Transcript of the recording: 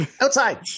Outside